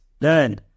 Learn